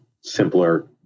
simpler